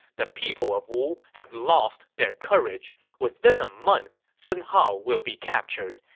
the people of wu have lost their courage. within a month, sun hao will be captured.